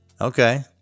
Okay